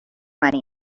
money